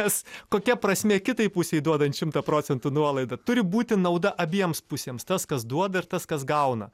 nes kokia prasmė kitai pusei duodant šimtą procentų nuolaidą turi būti nauda abiems pusėms tas kas duoda ir tas kas gauna